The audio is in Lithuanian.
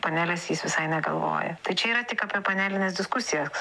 panelės jis visai negalvoja tai čia yra tik apie panelines diskusijas